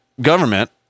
government